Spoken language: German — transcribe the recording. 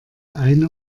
eine